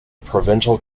provincial